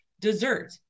dessert